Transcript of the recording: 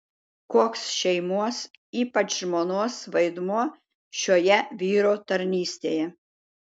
koks šeimos ypač žmonos vaidmuo šioje vyro tarnystėje